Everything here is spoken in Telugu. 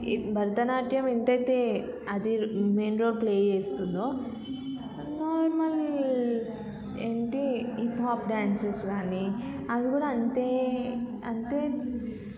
భరతనాట్యం ఎంత అయితే అది మెయిన్ రోల్ ప్లే చేస్తుందో నార్మల్ ఏంటి మళ్ళీ హిప్ హాప్ డ్యాన్సస్ కానీ అవి కూడా అంతే అంతే